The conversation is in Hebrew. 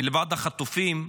מלבד החטופים,